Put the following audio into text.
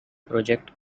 project